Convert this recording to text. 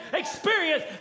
experience